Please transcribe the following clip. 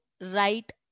right